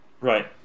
Right